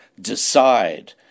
decide